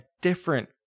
different